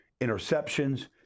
interceptions